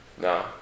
No